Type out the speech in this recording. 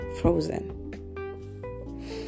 frozen